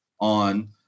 on